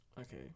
Okay